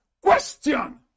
Question